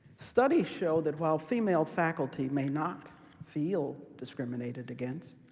studies show that while female faculty may not feel discriminated against,